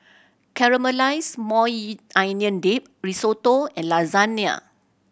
Caramelized Maui Onion Dip Risotto and Lasagne